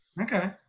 Okay